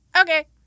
Okay